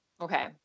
Okay